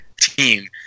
team